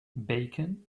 bacon